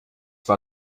war